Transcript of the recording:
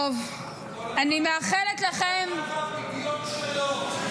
כל אחד והפדיון שלו.